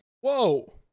Whoa